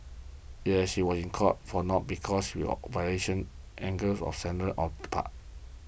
yes was in court for not because real act of surrender on the part